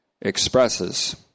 expresses